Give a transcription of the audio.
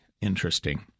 interesting